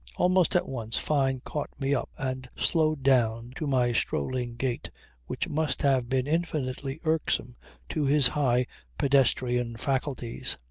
almost at once fyne caught me up and slowed down to my strolling gait which must have been infinitely irksome to his high pedestrian faculties.